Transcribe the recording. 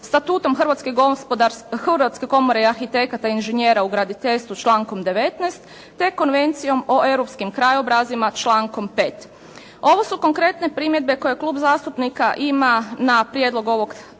Hrvatske komore arhitekata i inžinjera u graditeljstvu s člankom 19. te Konvencijom o europskim krajobrazima člankom 5. Ovo su konkretne primjedbe koje Klub zastupnika ima na prijedlog ovog teksta